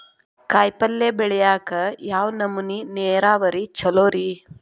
ಕಾಯಿಪಲ್ಯ ಬೆಳಿಯಾಕ ಯಾವ ನಮೂನಿ ನೇರಾವರಿ ಛಲೋ ರಿ?